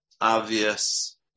obvious